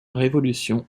révolution